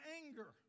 anger